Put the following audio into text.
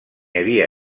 havia